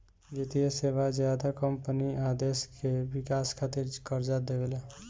वित्तीय सेवा ज्यादा कम्पनी आ देश के विकास खातिर कर्जा देवेला